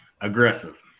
aggressive